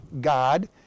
God